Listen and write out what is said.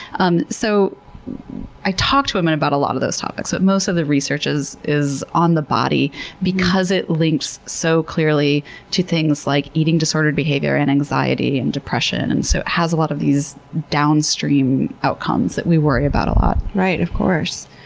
um so i talk to women about a lot of those topics, but most of the research is is on the body because it links so clearly to things like eating disordered behavior, and anxiety, and depression. and so it has a lot of these downstream outcomes that we worry about a lot. right. of course.